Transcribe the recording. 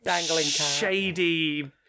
shady